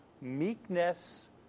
meekness